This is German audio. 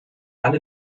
alle